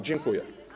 Dziękuję.